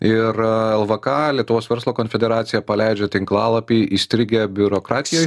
ir lvk lietuvos verslo konfederacija paleidžia tinklalapį įstrigę biurokratijoj